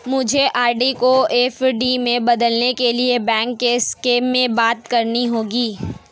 मुझको आर.डी को एफ.डी में बदलने के लिए बैंक में बात करनी होगी